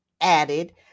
added